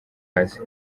hasi